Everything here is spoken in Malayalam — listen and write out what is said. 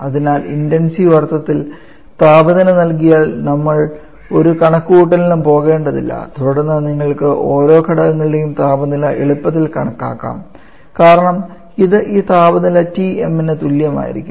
അതിനാൽ ഇന്റെൻസീവ് അർത്ഥത്തിൽ താപനില നൽകിയാൽ നമ്മൾ ഒരു കണക്കുകൂട്ടലിനും പോകേണ്ടതില്ല തുടർന്ന് നിങ്ങൾക്ക് ഓരോ ഘടകങ്ങളുടെയും താപനില എളുപ്പത്തിൽ കണക്കാക്കാം കാരണം ഇത് ഈ താപനില Tm ന് തുല്യമായിരിക്കും